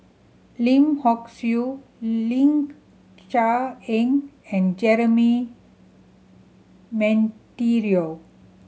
Lim Hock Siew Ling Cher Eng and Jeremy Monteiro